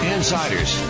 Insiders